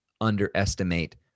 underestimate